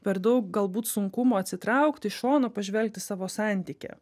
per daug galbūt sunkumų atsitraukti iš šono pažvelgt savo santykį